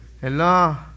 hello